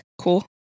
cool